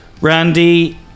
Randy